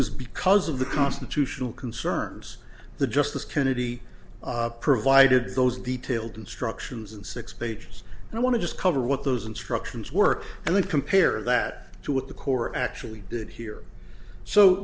was because of the constitutional concerns the justice kennedy provided those detailed instructions and six pages and i want to discover what those instructions work and then compare that to what the core actually did here so